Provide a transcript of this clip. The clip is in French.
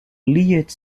lie